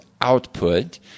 output